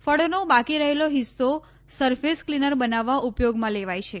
ફળોનો બાકી રહેલો હિસ્સો સરફેસ ક્લીનર બનાવવા ઉપયોગમાં લેવાય છે